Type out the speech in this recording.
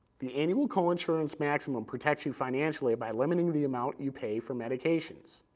the annual coinsurance maximum protects you financially by limiting the amount you pay for medications.